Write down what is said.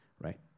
right